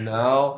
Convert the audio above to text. now